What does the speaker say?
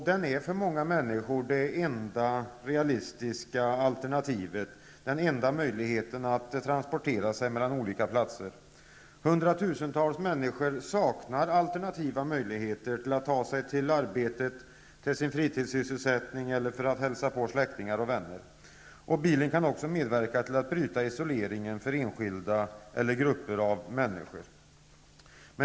Den är för många människor det enda realistiska alternativet, den enda möjligheten att transportera sig mellan olika platser. Hundratusentals människor saknar alternativa möjligheter att ta sig till sitt arbete, sin fritidssysselsättning eller till släktingar och vänner. Bilen kan också medverka till att bryta isoleringen för enskilda eller grupper av människor.